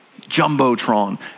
Jumbotron